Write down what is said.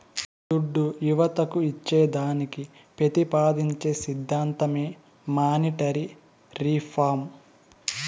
దుడ్డు యువతకు ఇచ్చేదానికి పెతిపాదించే సిద్ధాంతమే మానీటరీ రిఫార్మ్